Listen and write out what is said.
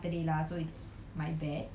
I also went on a saturday